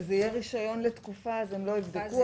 זה יהיה רישיון לתקופה הם לא יבדקו,